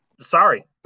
sorry